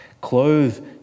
Clothe